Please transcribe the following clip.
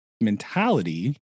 mentality